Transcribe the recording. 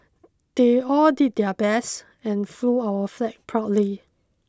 they all did their best and flew our flag proudly